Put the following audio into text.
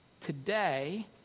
Today